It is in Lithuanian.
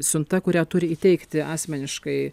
siunta kurią turi įteikti asmeniškai